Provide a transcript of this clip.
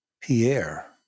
Pierre